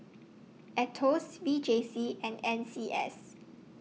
Aetos V J C and N C S